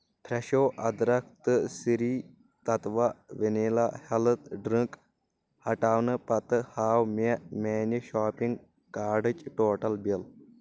فرٛٮ۪شو أدرک تہٕ سری تَتوا وٮ۪نِلا ہٮ۪لتھ ڈرنٛک ہٹاونہٕ پتتہٕ ہاو مےٚ میانہِ شاپنگ کاڑٕچ ٹوٹل بِل